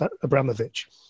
Abramovich